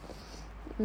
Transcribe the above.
mm